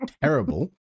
terrible